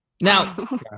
Now